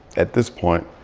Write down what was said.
at this point,